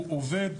הוא עובד,